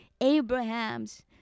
Abrahams